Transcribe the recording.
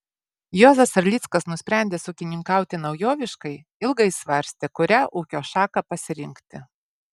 juozas erlickas nusprendęs ūkininkauti naujoviškai ilgai svarstė kurią ūkio šaką pasirinkti